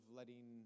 letting